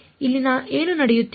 ಇಲ್ಲಿ ಏನು ನಡೆಯುತ್ತಿದೆ